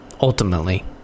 Ultimately